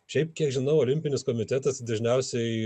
šiaip kiek žinau olimpinis komitetas dažniausiai